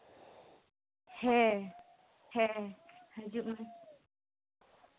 ᱦᱮᱸ ᱦᱮᱸ ᱦᱤᱡᱩᱜ ᱢᱮ